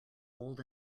old